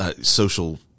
social